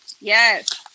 Yes